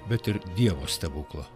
bet ir dievo stebuklo